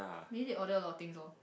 maybe they order a lot of things lor